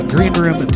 Greenroom